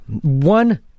one